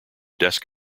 desk